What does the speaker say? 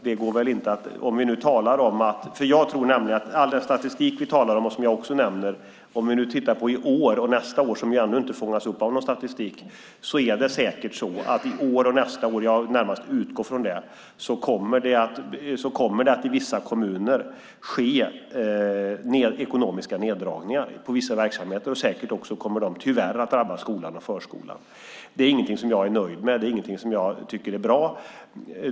Mot bakgrund av all den statistik vi talar om och som jag nämner för i år - nästa år har ännu inte fångats upp av någon statistik - utgår jag närmast från att det i vissa kommuner kommer att ske ekonomiska neddragningar i vissa verksamheter. Säkert kommer de också, tyvärr, att drabba skolan och förskolan. Det är ingenting som jag är nöjd med. Det är ingenting som jag tycker är bra.